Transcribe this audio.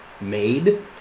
made